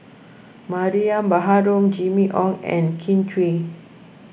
Mariam Baharom Jimmy Ong and Kin Chui